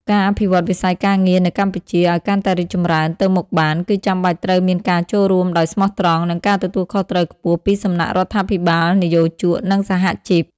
ការអភិវឌ្ឍវិស័យការងារនៅកម្ពុជាឱ្យកាន់តែរីកចម្រើនទៅមុខបាន គឺចាំបាច់ត្រូវមានការចូលរួមដោយស្មោះត្រង់ និងការទទួលខុសត្រូវខ្ពស់ពីសំណាក់រដ្ឋាភិបាល និយោជក និងសហជីព។